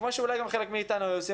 כמו שאולי גם חלק מאתנו היו עושים,